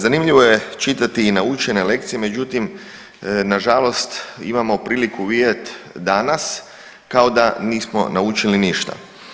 Zanimljivo je čitati i naučene lekcije, međutim nažalost imamo priliku vidjet danas kao da nismo naučili ništa.